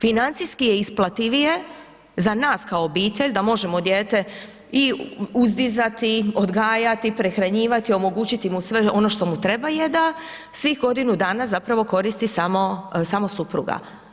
Financijski je isplativije za nas kao obitelj, da možemo dijete i uzdizati, odgajati, prehranjivati, omogućiti mu sve ono što mu treba je da svih godinu dana zapravo koristi samo, samo supruga.